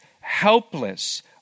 helpless